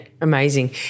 Amazing